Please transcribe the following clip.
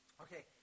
Okay